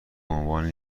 عنوان